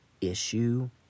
issue